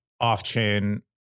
off-chain